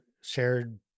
shared